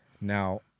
Now